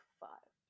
five